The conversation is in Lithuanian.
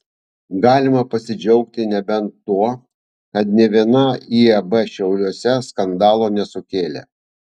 galima pasidžiaugti nebent tuo kad nė viena iab šiauliuose skandalo nesukėlė